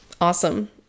awesome